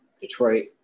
Detroit